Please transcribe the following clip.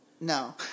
No